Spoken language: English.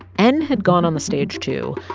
n had gone on the stage, too.